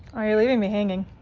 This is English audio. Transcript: ah you're leaving me hanging.